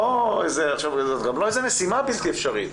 זאת גם לא משימה בלתי אפשרית.